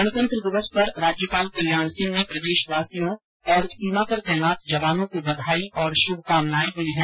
गणतंत्र दिवस पर राज्यपाल कल्याण सिंह ने प्रदेशवासियों और सीमा पर तैनात जवानों को बधाई और श्भकामनाएं दी है